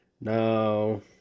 No